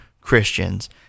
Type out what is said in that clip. Christians